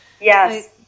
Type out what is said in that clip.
Yes